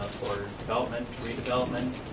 for development, redevelopment,